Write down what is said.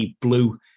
blue